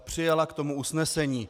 Přijala k tomu usnesení.